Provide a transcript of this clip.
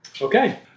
okay